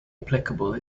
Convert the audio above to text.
applicable